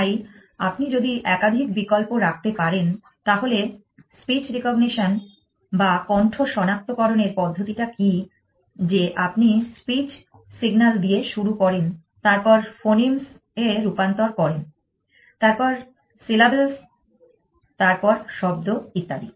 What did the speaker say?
তাই আপনি যদি একাধিক বিকল্প রাখতে পারেন তাহলে স্পীচ রিকগনিশন বা কন্ঠ সনাক্তকরণের পদ্ধতিটা কি যে আপনি স্পীচ সিগনাল দিয়ে শুরু করেন তারপর ফোনিমস এ রূপান্তর করেন তারপর সিলাবলস তারপর শব্দ ইত্যাদি